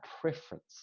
preference